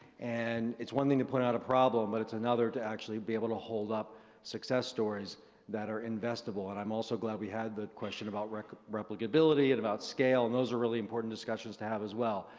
and it's one thing to put out a problem but it's another to actually be able to hold up success stories that are investable. and i'm also glad we had the question about replicability and about scale. those are really important discussions to have as well.